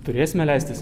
turėsime leistis